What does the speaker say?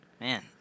man